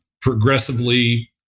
progressively